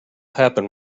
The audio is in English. happen